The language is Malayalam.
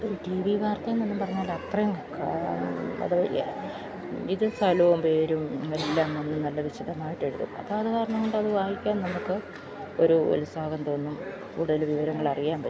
ഒരു ടി വി വാർത്തയെന്നൊന്നും പറഞ്ഞാല് അത്രയും വരികയില്ല ഏത് സ്ഥലവും പേരും എല്ലാമൊന്ന് നല്ല വിശദമായിട്ട് എഴുതും അപ്പോള് അതുകാരണം കൊണ്ടത് വായിക്കാൻ നമുക്കൊരു ഉത്സാഹം തോന്നും കൂടുതല് വിവരങ്ങളറിയാൻ പറ്റും